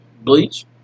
Bleach